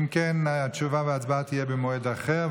אם כן, התשובה וההצבעה יהיו במועד אחר.